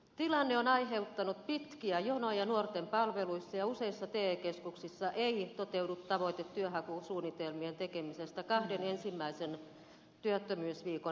tilanne on aiheuttanut pitkiä jonoja nuorten palveluissa ja useissa te keskuksissa ei toteudu tavoite työnhakusuunnitelmien tekemisestä kahden ensimmäisen työttömyysviikon aikana